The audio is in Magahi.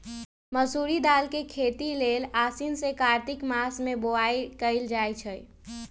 मसूरी के दाल के खेती लेल आसीन से कार्तिक मास में बोआई कएल जाइ छइ